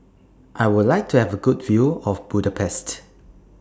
I Would like to Have A Good View of Budapest